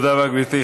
תודה רבה, גברתי.